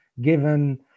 given